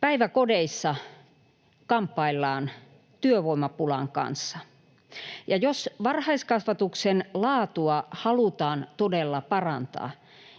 Päiväkodeissa kamppaillaan työvoimapulan kanssa, ja jos varhaiskasvatuksen laatua halutaan todella parantaa,